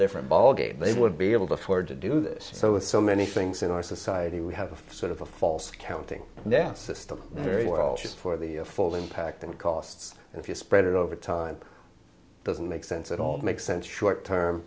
different ballgame they would be able to afford to do this so with so many things in our society we have a sort of a false accounting and then system very well just for the full impact and costs if you spread it over time doesn't make sense at all makes sense short term